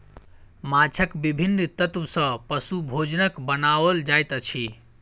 माँछक विभिन्न तत्व सॅ पशु भोजनक बनाओल जाइत अछि